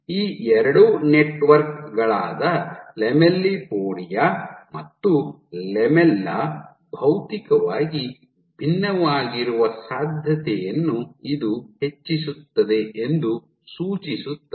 ಈ ಎರಡು ನೆಟ್ವರ್ಕ್ ಗಳಾದ ಲ್ಯಾಮೆಲ್ಲಿಪೋಡಿಯಾ ಮತ್ತು ಲ್ಯಾಮೆಲ್ಲಾ ಭೌತಿಕವಾಗಿ ಭಿನ್ನವಾಗಿರುವ ಸಾಧ್ಯತೆಯನ್ನು ಇದು ಹೆಚ್ಚಿಸುತ್ತದೆ ಎಂದು ಸೂಚಿಸುತ್ತದೆ